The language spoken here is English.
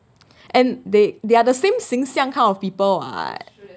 and they they're the same 形象 kind of people [what]